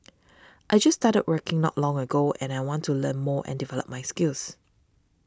I just started working not long ago and I want to learn more and develop my skills